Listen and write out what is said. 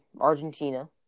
Argentina